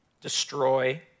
destroy